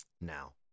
Now